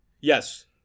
yes